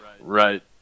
Right